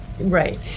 right